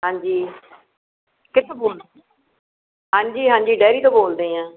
ਹਾਂਜੀ ਕਿੱਥੋਂ ਬੋਲਦੇ ਪਏ ਹਾਂਜੀ ਹਾਂਜੀ ਡੈਰੀ ਤੋਂ ਬੋਲਦੇ ਹੋ